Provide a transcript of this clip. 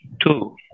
two